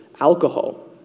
alcohol